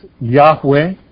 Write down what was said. Yahweh